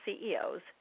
CEOs